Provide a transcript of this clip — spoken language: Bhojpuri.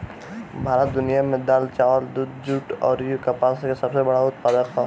भारत दुनिया में दाल चावल दूध जूट आउर कपास का सबसे बड़ा उत्पादक ह